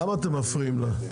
למה אתם מפריעים לה?